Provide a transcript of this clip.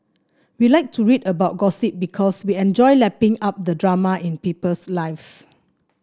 we like to read about gossip because we enjoy lapping up the drama in people's lives